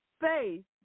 faith